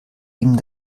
ihm